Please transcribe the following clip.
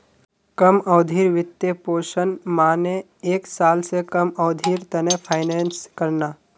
कम अवधिर वित्तपोषण माने एक साल स कम अवधिर त न फाइनेंस करना